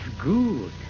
good